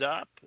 up